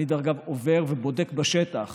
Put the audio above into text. דרך אגב, אני עובר ובודק בשטח